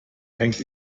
hängt